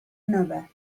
another